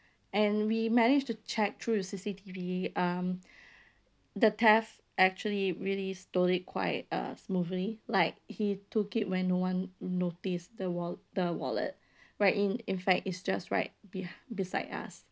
and we managed to check through the C_C_T_V um the theft actually really stole it quite uh smoothly like he took it when no one notice the wall~ the wallet right in in fact it's just right behind beside us